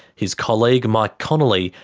his colleague, mike connolly,